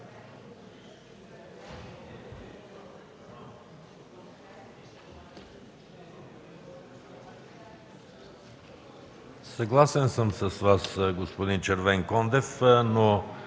Съгласен съм с Вас, господин Червенкондев, но